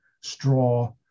straw